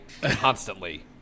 constantly